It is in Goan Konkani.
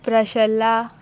प्रशला